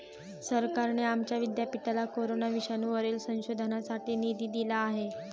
सरकारने आमच्या विद्यापीठाला कोरोना विषाणूवरील संशोधनासाठी निधी दिला आहे